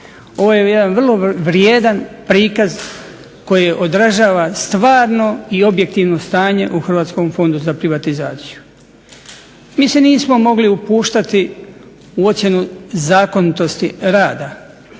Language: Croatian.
Ovo je jedan vrlo vrijedan prikaz koji odražava stvarno i objektivno stanje u Hrvatskom fondu za privatizaciju. Mi se nismo mogli upuštati u ocjenu zakonitosti rada